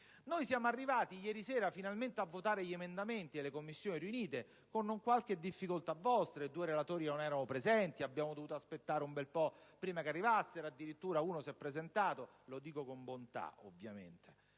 caso. Siamo arrivati ieri sera finalmente a votare gli emendamenti nelle Commissioni riunite, non senza qualche difficoltà da parte vostra: i due relatori non erano presenti, abbiamo dovuto aspettare un bel po' prima che arrivassero, addirittura uno si è presentato - lo dico bonariamente, ovviamente